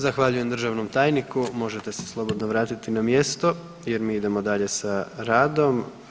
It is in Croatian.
Zahvaljujem državnom tajniku, možete se slobodno vratiti na mjesto jer mi idemo dalje sa radom.